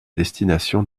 destination